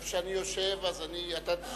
איפה שאני יושב, אתה תשב.